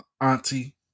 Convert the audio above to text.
auntie